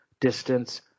distance